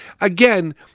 again